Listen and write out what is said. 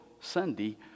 Sunday